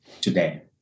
today